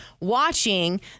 watching